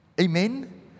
Amen